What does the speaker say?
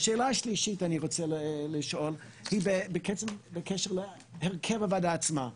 השאלה השלישית שאני רוצה לשאול היא בקשר להרכב הוועדה עצמה.